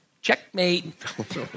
checkmate